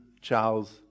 Charles